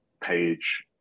page